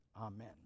amen